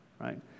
right